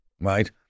right